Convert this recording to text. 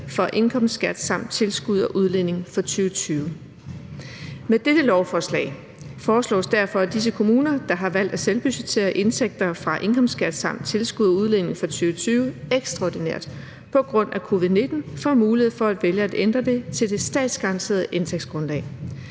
fra indkomstskat samt tilskud og udligning for 2020. Med dette lovforslag foreslås det derfor, at de kommuner, der har valgt at selvbudgettere indtægter fra indkomstskat samt tilskud og udligning fra 2020, ekstraordinært på grund af covid-19 får mulighed for at vælge at ændre det til det statsgaranterede indtægtsgrundlag.